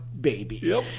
baby